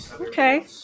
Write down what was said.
Okay